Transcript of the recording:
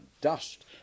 dust